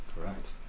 Correct